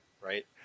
Right